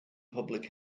public